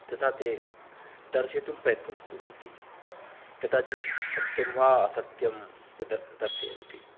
तथा ते दर्शयितुं प्रयत्नं कुर्वन्ति कदाचित् सत्यं वा असत्यं यद्दर्शयन्ति